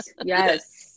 Yes